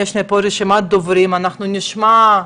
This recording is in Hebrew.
יש לי פה רשימת דוברים, אנחנו נשמע את